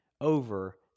over